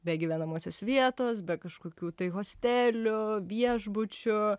be gyvenamosios vietos be kažkokių tai hostelių viešbučių